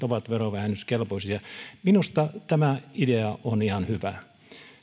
ovat verovähennyskelpoisia minusta tämä idea on ihan hyvä